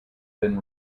been